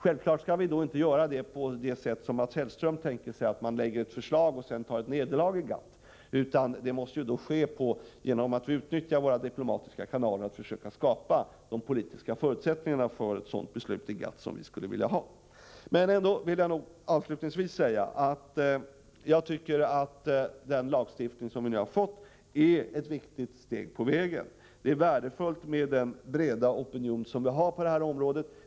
Självfallet skall vi inte göra det på det sätt som Mats Hellström tänker sig, alltså framlägga ett förslag och sedan ta ett nederlagi GATT, utan vi måste genom att utnyttja våra diplomatiska kanaler försöka skapa de politiska förutsättningarna för ett sådant beslut i GATT som vi skulle vilja ha. Avslutningsvis vill jag framhålla att den lagstiftning som vi nu har fått är ett viktigt steg på vägen. Den breda opinionen på detta område är värdefull.